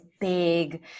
big